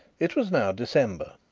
it was now december.